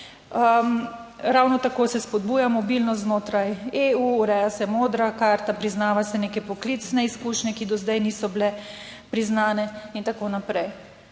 Ravno tako se spodbuja mobilnost znotraj EU, ureja se modra karta, priznava se neke poklicne izkušnje, ki do zdaj niso bile priznane in tako naprej.